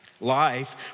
Life